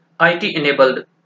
IT-enabled